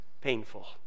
painful